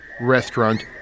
restaurant